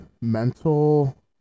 mental